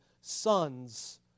sons